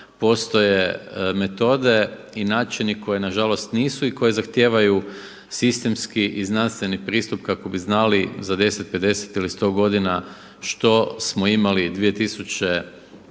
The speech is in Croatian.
Postoje metode i načini koji na žalost nisu i koje zahtijevaju sistemski i znanstveni pristup kako bi znali za 10, 50 ili 100 godina što smo imali 2017.